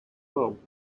role